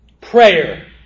prayer